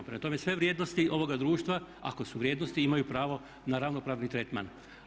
Prema tome, sve vrijednosti ovoga društva ako su vrijednosti imaju pravo na ravnopravni tretman.